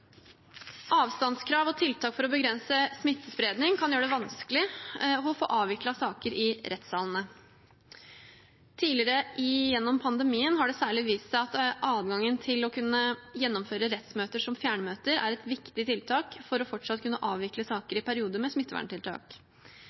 Avstandskrav og tiltak for å begrense smittespredning kan gjøre det vanskelig å få avviklet saker i rettssalene. Tidligere i pandemien har det særlig vist seg at adgangen til å kunne gjennomføre rettsmøter som fjernmøter er et viktig tiltak for fortsatt å kunne avvikle saker i perioder med smitteverntiltak.